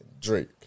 Drake